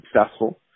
successful